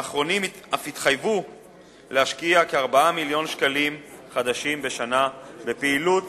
האחרונים אף התחייבו להשקיע כ-4 מיליוני שקלים חדשים בשנה בפעילות